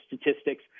statistics